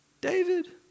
David